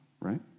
right